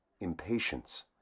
Impatience